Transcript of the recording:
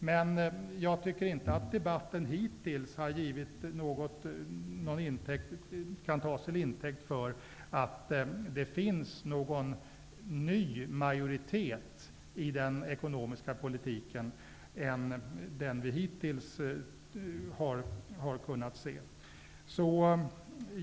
Men jag tycker inte att debatten hittills kan tas till intäkt för att det finns någon ny majoritet i den ekonomiska politiken än den som vi hittills har kunnat se.